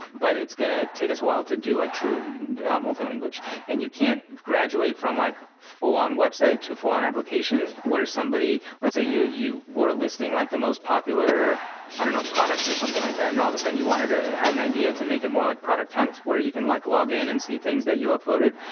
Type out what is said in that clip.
but it's going to take us a while to do like true multi language. and you can't graduate from like full-on website to full-on application where somebody let's say you you were listing like the most popular i don't know, products or something like that and all of a sudden you wanted to have an idea to make it more like product hunt where you can like login and see things that you uploaded.